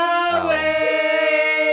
away